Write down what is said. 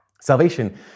Salvation